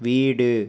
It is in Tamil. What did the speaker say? வீடு